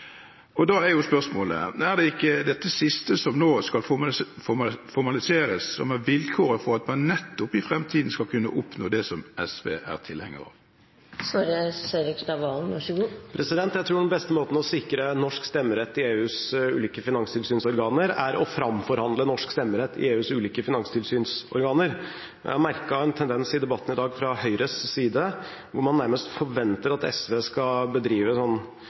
formaliseres». Da er spørsmålet: Er det ikke dette siste som nå skal formaliseres, som er vilkåret for at man nettopp i fremtiden skal kunne oppnå det som SV er tilhenger av? Jeg tror den beste måten å sikre norsk stemmerett i EUs ulike finanstilsynsorganer på er å framforhandle norsk stemmerett i EUs ulike finanstilsynsorganer. Jeg har merket en tendens i debatten i dag fra Høyres side hvor man nærmest forventer at SV skal bedrive